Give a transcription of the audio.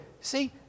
See